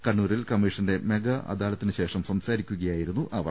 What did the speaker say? കണ്ണൂരിൽ കമ്മീഷന്റെ മെഗാ അദാലത്തിന് ശേഷം സംസാരിക്കുകയായിരുന്നു അവർ